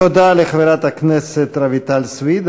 תודה לחברת הכנסת רויטל סויד.